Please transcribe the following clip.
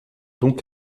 donc